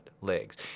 legs